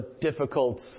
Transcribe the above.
difficult